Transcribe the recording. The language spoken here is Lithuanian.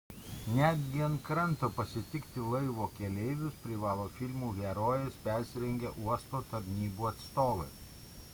netgi ant kranto pasitikti laivo keleivius privalo filmų herojais persirengę uosto tarnybų atstovai